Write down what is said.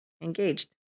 engaged